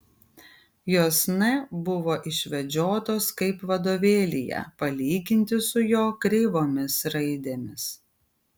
jos n buvo išvedžiotos kaip vadovėlyje palyginti su jo kreivomis raidėmis